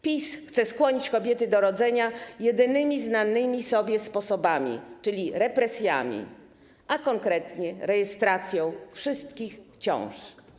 PiS chce skłonić kobiety do rodzenia jedynymi znanymi sobie sposobami, czyli represjami, a konkretnie rejestracją wszystkich ciąż.